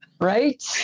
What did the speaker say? Right